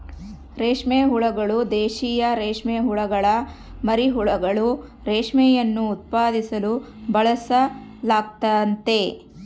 ರೇಷ್ಮೆ ಹುಳುಗಳು, ದೇಶೀಯ ರೇಷ್ಮೆಹುಳುಗುಳ ಮರಿಹುಳುಗಳು, ರೇಷ್ಮೆಯನ್ನು ಉತ್ಪಾದಿಸಲು ಬಳಸಲಾಗ್ತತೆ